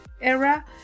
era